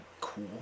cool